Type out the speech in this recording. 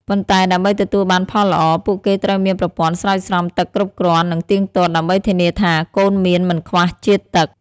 ប៉ុន្តែដើម្បីទទួលបានផលល្អ ពួកគេត្រូវមានប្រព័ន្ធស្រោចស្រពទឹកគ្រប់គ្រាន់និងទៀងទាត់ ដើម្បីធានាថា កូនមៀនមិនខ្វះជាតិទឹក។